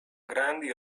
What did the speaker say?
grandi